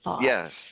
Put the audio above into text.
Yes